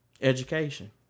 education